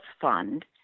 fund